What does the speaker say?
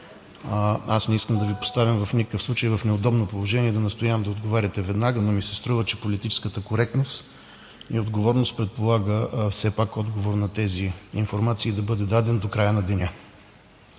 Аз не искам да Ви поставям в никакъв случай в неудобно положение и да настоявам да отговаряте веднага, но ми се струва, че политическата коректност и отговорност предполага все пак отговор на тези информации да бъде даден до края на деня.